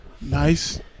Nice